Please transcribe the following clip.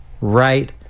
right